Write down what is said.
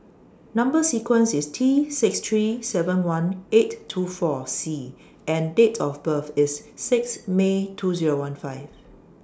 Number sequence IS T six three seven one eight two four C and Date of birth IS six May two Zero one five